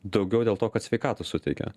daugiau dėl to kad sveikatos suteikia